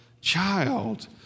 child